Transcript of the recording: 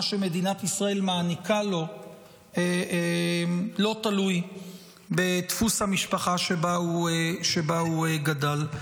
ומה שמדינת ישראל מעניקה לו לא תלוי בדפוס המשפחה שבה הוא גדל.